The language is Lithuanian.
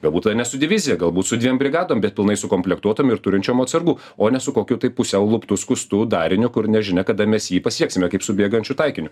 galbūt tada ne su divizija galbūt su dviem brigadom bet pilnai sukomplektuotom ir turinčiom atsargų o ne su kokiu tai pusiau luptu skustu dariniu kur nežinia kada mes jį pasieksime kaip su bėgančiu taikiniu